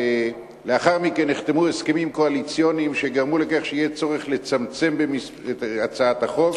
לאחר מכן נחתמו הסכמים קואליציוניים שגרמו לצורך לצמצם את הצעת החוק,